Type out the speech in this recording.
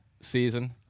season